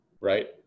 right